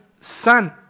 Son